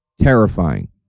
terrifying